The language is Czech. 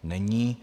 Není.